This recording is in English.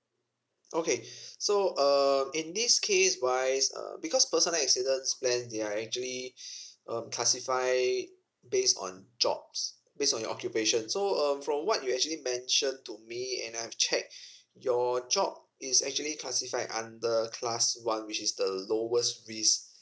okay so um in this case wise uh because personal accidents plans they are actually um classify based on jobs based on your occupation so um from what you actually mentioned to me and I have checked your job is actually classified under class one which is the lowest risk